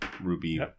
Ruby